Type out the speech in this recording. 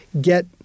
get